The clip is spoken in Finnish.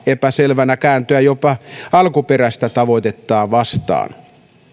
epäselvänä kääntyä jopa alkuperäistä tavoitettaan vastaan